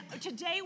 today